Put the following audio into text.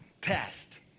test